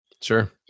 Sure